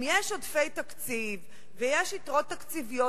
אם יש עודפי תקציב ויש יתרות תקציביות,